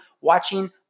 watching